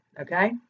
okay